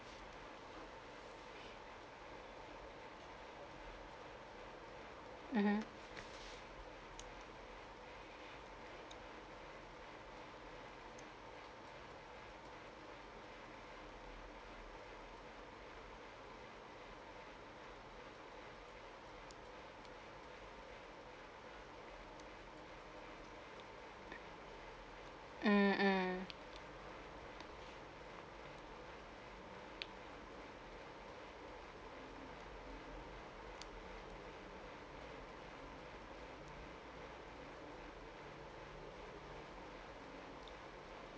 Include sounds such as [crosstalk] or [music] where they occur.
mmhmm mm mm [noise]